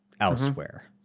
elsewhere